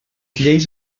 lleis